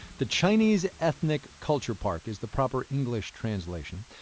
the chinese ethnic culture park is the proper english translation.